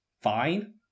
fine